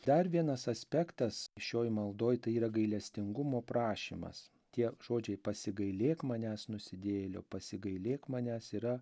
dar vienas aspektas šioj maldoj tai yra gailestingumo prašymas tie žodžiai pasigailėk manęs nusidėjėlio pasigailėk manęs yra